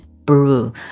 Brew